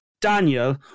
Daniel